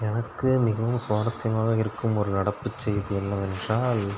எனக்கு மிகவும் சுவாரசியமான இருக்கும் ஒரு நடப்பு செய்தி என்னவென்றால்